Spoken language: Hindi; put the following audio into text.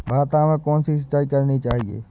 भाता में कौन सी सिंचाई करनी चाहिये?